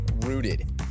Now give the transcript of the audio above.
rooted